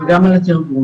וגם על התרגום,